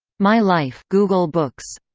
my life google books.